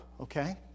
okay